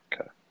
Okay